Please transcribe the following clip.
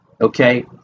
okay